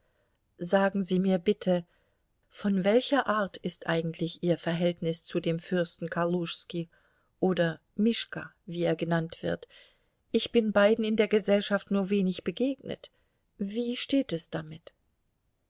sagen sie mir bitte von welcher art ist eigentlich ihr verhältnis zu dem fürsten kaluschski oder mischka wie er genannt wird ich bin beiden in der gesellschaft nur wenig begegnet wie steht es damit